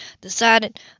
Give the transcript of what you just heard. Decided